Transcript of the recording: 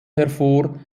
hervor